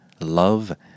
love